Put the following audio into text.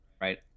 right